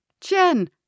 Jen